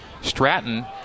Stratton